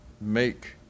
Make